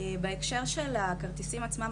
בהקשר של הכרטיסים עצמם,